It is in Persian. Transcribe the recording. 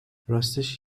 راستش